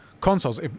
consoles